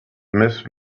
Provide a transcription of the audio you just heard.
missed